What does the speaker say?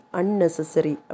unnecessary